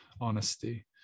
honesty